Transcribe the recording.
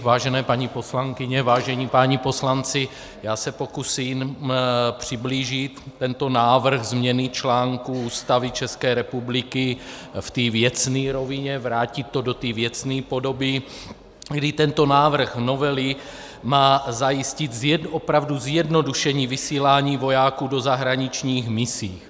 Vážené paní poslankyně, vážení páni poslanci, já se pokusím přiblížit tento návrh změny článku Ústavy České republiky v té věcné rovině, vrátit to do té věcné podoby, kdy tento návrh novely má zajistit opravdu zjednodušení vysílání vojáků do zahraničních misí.